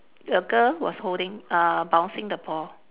the girl was holding uh bouncing the ball